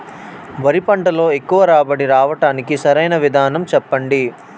వరి పంటలో ఎక్కువ రాబడి రావటానికి సరైన విధానం చెప్పండి?